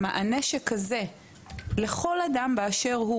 בזה שאנחנו נותנים מענה שכזה לכל אדם באשר הוא